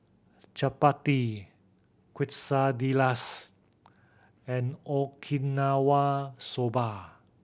Chapati Quesadillas and Okinawa Soba